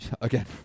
again